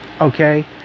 Okay